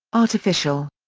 artificial.